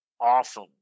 awesome